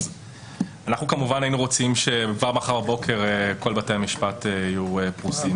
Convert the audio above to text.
אז אנחנו כמובן היינו רוצים שכבר מחר בבוקר כל בתי המשפט יהיו פרוסים,